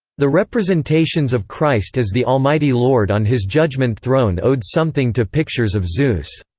the representations of christ as the almighty lord on his judgment throne owed something to pictures of zeus.